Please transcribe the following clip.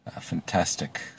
Fantastic